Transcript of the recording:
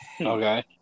Okay